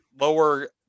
lower